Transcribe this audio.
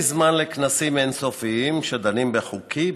זמן לכנסים אין-סופיים שדנים בחוקים,